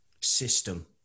system